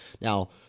Now